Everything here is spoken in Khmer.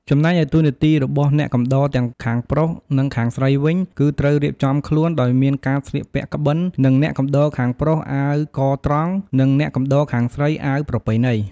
ចំណែកឯតួនាទីរបស់អ្នកកំដរទាំងខាងប្រុស និងខាងស្រីវិញ គឺត្រូវរៀបចំខ្លួន ដោយមានការស្លៀកពាក់ក្បិន និងអ្នកកំដរខាងប្រុសអាវកត្រង់ និងអ្នកកំដរខាងស្រីអាវប្រពៃណី។